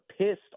pissed